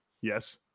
Yes